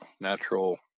natural